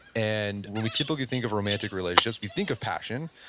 and when we typically think of a romantic relationship, we think of passion,